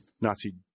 Nazi